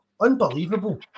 unbelievable